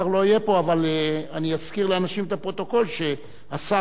אבל אני אזכיר לאנשים את הפרוטוקול שהשר יואל חסון,